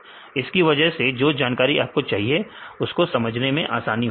इसकी वजह से जो जानकारी आपको चाहिए उसको समझने में आसानी हो जाएगी